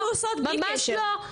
ממש לא,